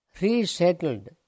resettled